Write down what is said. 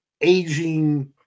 aging